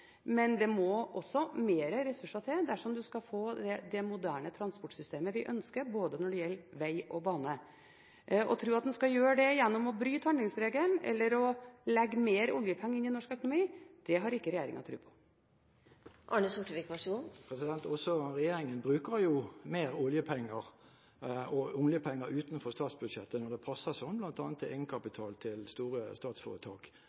men det må også mer ressurser til dersom man skal få det moderne transportsystemet vi ønsker når det gjelder både veg og bane. At en skal gjøre det gjennom å bryte handlingsregelen, eller å legge mer oljepenger inn i norsk økonomi, har ikke regjeringen tro på. Regjeringen bruker mer oljepenger og oljepenger utenfor statsbudsjettet når det passer slik, bl.a. til egenkapital til store statsforetak.